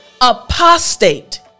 Apostate